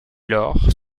lors